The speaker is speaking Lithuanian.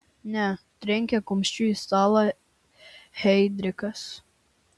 ne trenkė kumščiu į stalą heidrichas